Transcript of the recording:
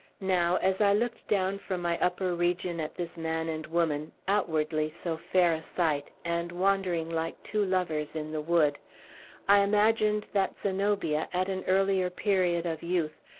now, as i looked down from my upper region at this man and woman outwardly so fair a sight, and wandering like two lovers in the wood i imagined that zenobia, at an earlier period of youth,